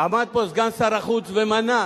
עמד פה סגן שר החוץ ומנה